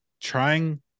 trying